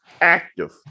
active